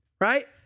Right